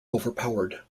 overpowered